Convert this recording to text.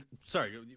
sorry